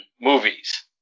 movies